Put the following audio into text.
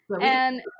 And-